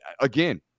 again